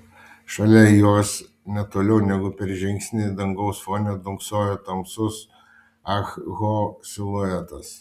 šalia jos ne toliau negu per žingsnį dangaus fone dunksojo tamsus ah ho siluetas